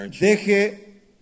deje